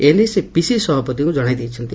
ଏ ନେଇ ସେ ପିସିସି ସଭାପତିଙ୍କୁ ଜଶାଇ ଦେଇଛନ୍ତି